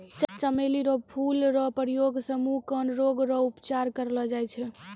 चमेली फूल रो प्रयोग से मुँह, कान रोग रो उपचार करलो जाय छै